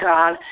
God